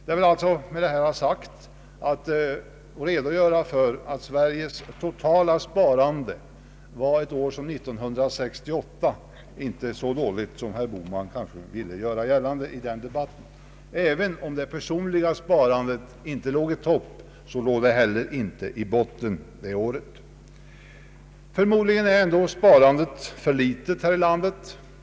Jag vill med detta ha sagt att Sveriges totala sparande ett år som 1968 inte var så dåligt som herr Bohman kanske ville göra gällande vid vår diskussion. även om det personliga sparandet inte låg i topp, så låg det heller inte i botten det året. Trots att vi ligger bra till är förmodligen ändå sparandet för litet här i landet.